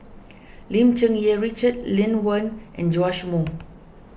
Lim Cherng Yih Richard Lee Wen and Joash Moo